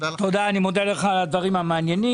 תודה על הדברים המעניינים.